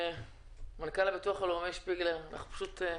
מנכ"ל הביטוח הלאומי, מאיר שפיגלר, בבקשה.